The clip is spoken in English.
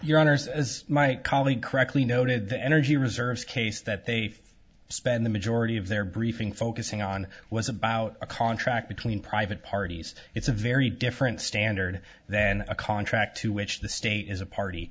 your honour's as my colleague correctly noted the energy reserves case that they spend the majority of their briefing focusing on was about a contract between private parties it's a very different standard than a contract to which the state is a party